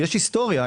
היסטוריה.